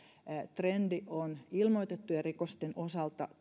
trendi on ilmoitettujen rikosten osalta